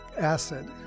acid